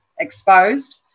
exposed